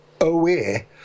away